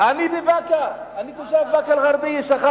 איך אתה יודע?